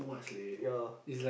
ya